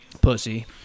Pussy